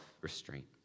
restraint